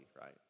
right